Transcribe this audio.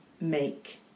make